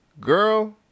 girl